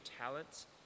talents